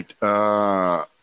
right